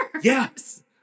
Yes